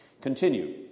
Continue